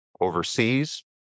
overseas